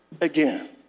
again